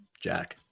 Jack